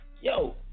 Yo